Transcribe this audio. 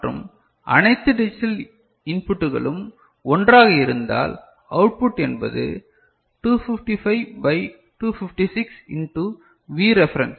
மற்றும் அனைத்து டிஜிட்டல் இன்புட்களும் ஒன்றாக இருந்தால் அவுட்புட் என்பது 255 பை 256 இன்டூ V ரெஃபரன்ஸ்